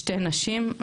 שתי נשים,